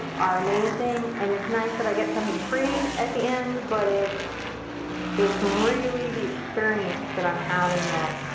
are amazing and it's nice that i get something pretty at the end, but it's it's really the experience that i'm having that